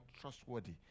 trustworthy